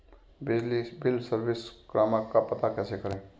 बिजली bill service क्रमांक का पता कैसे करें?